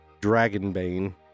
Dragonbane